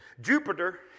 Jupiter